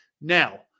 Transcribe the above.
Now